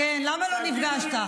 למה לא נפגשת?